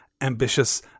ambitious